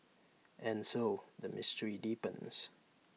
and so the mystery deepens